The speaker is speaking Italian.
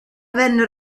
venne